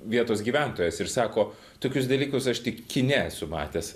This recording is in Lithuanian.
vietos gyventojas ir sako tokius dalykus aš tik kine esu matęs